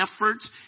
efforts